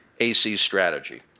ACStrategy